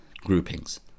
groupings